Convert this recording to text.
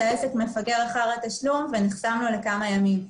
העסק מפגר אחר התשלום ונחסם לו לכמה ימים.